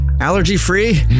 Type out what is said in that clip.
allergy-free